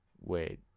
wait